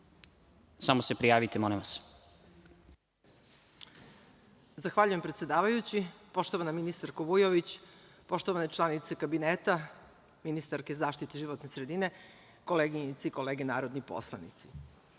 **Jasmina Karanac** Zahvaljujem, predsedavajući. Poštovana ministarko Vujović, poštovane članice Kabineta, ministarke zaštite životne sredine, koleginice i kolege narodni poslanici,